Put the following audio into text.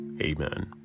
Amen